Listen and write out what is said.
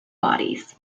bodies